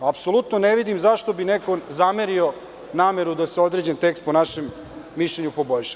Apsolutno ne vidim zašto bi neko zamerio nameru da se određeni tekst, po našem mišljenju, poboljša.